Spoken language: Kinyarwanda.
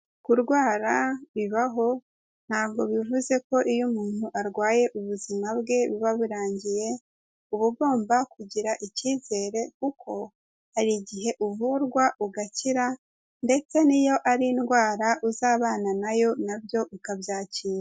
Kurwara bibaho, ntabwo bivuze ko iyo umuntu arwaye ubuzima bwe buba burangiye, uba ugomba kugira icyizere kuko hari igihe uvurwa ugakira ndetse n'iyo ari indwara uzabana nayo nabyo ikabyakira.